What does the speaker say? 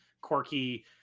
quirky